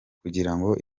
kugirango